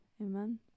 Amen